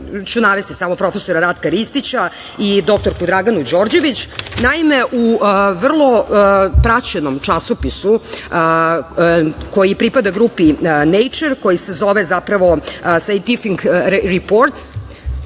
navešću profesora Ratka Ristića i dr Draganu Đorđević, naime u vrlo praćenom časopisu, koji pripada grupi Nature koji se zove zapravo scientific reports,